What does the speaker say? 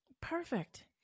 perfect